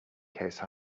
case